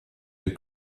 des